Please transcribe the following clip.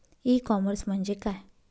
E commerce म्हणजे काय?